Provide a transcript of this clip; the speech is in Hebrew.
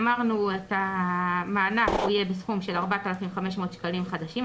אמרנו שהמענק יהיה בסכום של 4,500 שקלים חדשים,